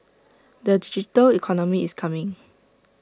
the digital economy is coming